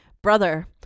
brother